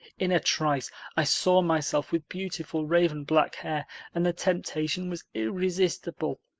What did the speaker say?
in a trice i saw myself with beautiful raven-black hair and the temptation was irresistible.